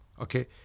Okay